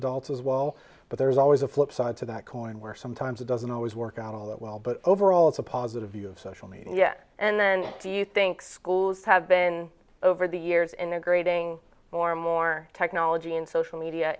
adults as well but there's always a flip side to that coin where sometimes it doesn't always work out all that well but overall it's a positive view of social media and do you think schools have been over the years integrating our technology and social media